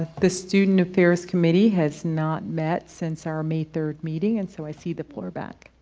ah the student affairs committee has not met since our may third meeting and so i see the floor back.